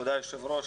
תודה היושב-ראש,